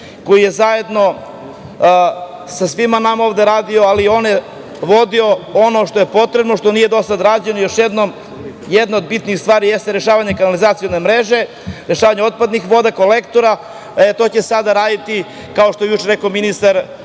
koji je zajedno sa svima nama ovde radio, ali i vodio ono što je potrebno, što nije do sada rađeno, još jednom jedna od bitnih stvari jeste rešavanje kanalizacione mreže, rešavanje otpadnih voda, kolektora. To će sada raditi, kao što je juče rekao ministar